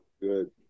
Good